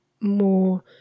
more